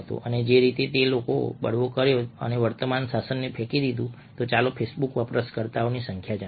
અને જે રીતે કે લોકોએ બળવો કર્યો અને વર્તમાન શાસનને ફેંકી દીધું ચાલો ફેસબુક વપરાશકર્તાઓની સંખ્યા જણાવો